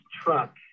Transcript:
truck